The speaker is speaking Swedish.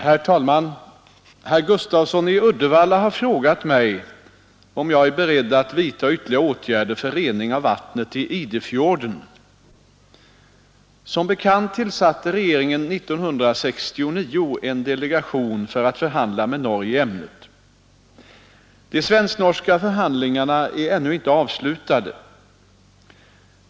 Herr talman! Herr Gustafsson i Uddevalla har frågat mig om jag är beredd att vidta ytterligare åtgärder för rening av vattnet i Idefjorden. Som bekant tillsatte regeringen 1969 en delegation för att förhandla med Norge i ämnet. De svensk-norska förhandlingarna är ännu inte avslutade.